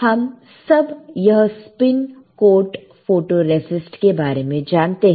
हम सब यह स्पिन कोट फोटोरेसिस्ट के बारे में जानते हैं